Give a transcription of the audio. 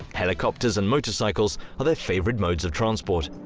helicopters and motorcycles are their favourite modes of transport.